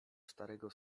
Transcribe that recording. starego